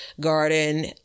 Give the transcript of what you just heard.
garden